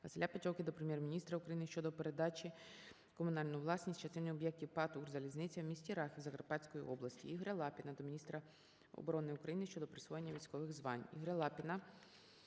ВасиляПетьовки до Прем'єр-міністра України щодо передачі в комунальну власність частини об'єктів ПАТ "Укрзалізниця" у місті Рахів Закарпатської області. Ігоря Лапіна до міністра оборони України щодо присвоєння військових звань.